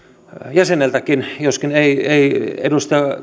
jäseneltäkin joskaan ei ei edustaja